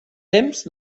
temps